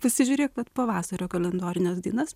pasižiūrėk vat pavasario kalendorines dainas